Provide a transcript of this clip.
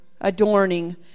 adorning